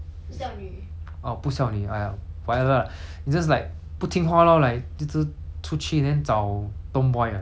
it's just like 不听话 lor like 一直出去 then 找 tomboy ah 那种 tomboy 就是 lesbian lesbian